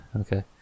Okay